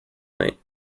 night